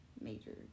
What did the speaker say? major